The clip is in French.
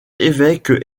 évêque